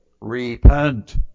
Repent